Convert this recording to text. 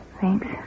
Thanks